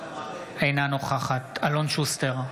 אינה נוכחת אלון שוסטר,